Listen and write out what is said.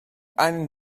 einen